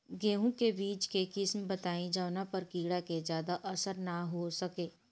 गेहूं के बीज के किस्म बताई जवना पर कीड़ा के ज्यादा असर न हो सके?